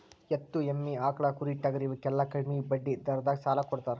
ಎತ್ತು, ಎಮ್ಮಿ, ಆಕ್ಳಾ, ಕುರಿ, ಟಗರಾ ಇವಕ್ಕೆಲ್ಲಾ ಕಡ್ಮಿ ಬಡ್ಡಿ ದರದಾಗ ಸಾಲಾ ಕೊಡತಾರ